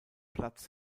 platz